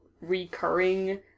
recurring